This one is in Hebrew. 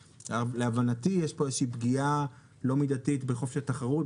להבנתי יש פה איזושהי פגיעה לא מידתית בחופש התחרות,